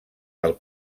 del